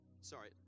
sorry